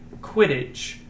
Quidditch